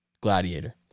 gladiator